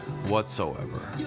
whatsoever